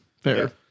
Fair